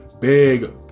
big